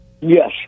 Yes